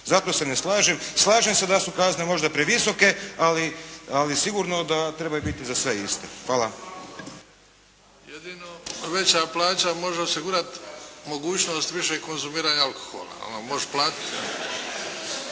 Zato se ne slažem, slažem se da su kazne možda previsoke, ali sigurno da trebaju biti za sve iste. Hvala. **Bebić, Luka (HDZ)** Jedino veća plaća može osigurati mogućnost više konzumiranja alkohola, možeš platiti.